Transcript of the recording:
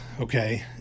okay